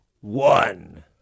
one